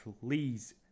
please